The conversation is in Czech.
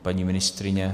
Paní ministryně?